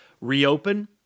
reopen